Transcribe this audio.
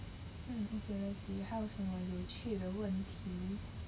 mm okay let's see 还有什么有趣的问题